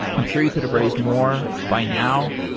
i'm sure you could've raised more by now.